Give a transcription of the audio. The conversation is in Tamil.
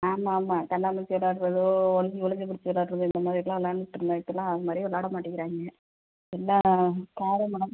ஆமாம் ஆமாம் கண்ணாமூச்சி விளையாடுவது ஒளிஞ்சு ஒளிஞ்சு பிடிச்சு விளையாடுவது இந்த மாதிரி தான் விளையாடிட்டு இருந்தோம் இப்போலாம் அது மாதிரியே விளையாட மாட்டேன்கிறாய்ங்க என்ன காரணம்